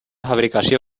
fabricació